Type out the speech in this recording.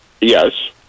Yes